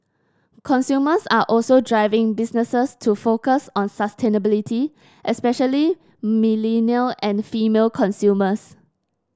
consumers are also driving businesses to focus on sustainability especially millennial and female consumers